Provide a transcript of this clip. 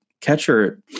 catcher